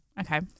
okay